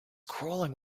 crawling